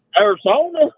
Arizona